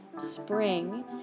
spring